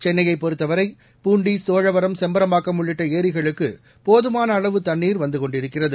சென்னையைப் பொறுத்தவரை பூண்டி சோழவரம் செம்பரம்பாக்கம் உள்ளிட்ட ஏரிகளுக்கு போதமான அளவு தண்ணீர் வந்துக் கொண்டிருக்கிறது